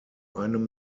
einem